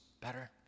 better